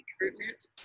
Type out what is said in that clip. recruitment